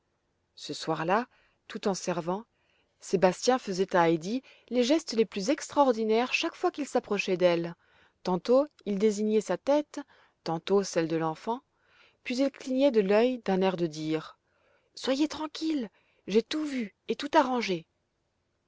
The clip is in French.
ce soir-là tout en servant sébastien faisait à heidi les gestes les plus extraordinaires chaque fois qu'il s'approchait d'elle tantôt il désignait sa tête tantôt celle de l'enfant puis il clignait de l'œil d'un air de dire soyez tranquille j'ai tout vu et tout arrangé